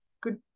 good